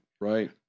Right